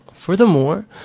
Furthermore